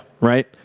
Right